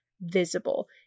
visible